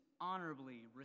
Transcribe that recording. honorably